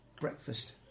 breakfast